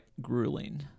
grueling